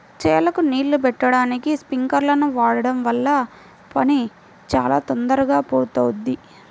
చేలకు నీళ్ళు బెట్టడానికి స్పింకర్లను వాడడం వల్ల పని చాలా తొందరగా పూర్తవుద్ది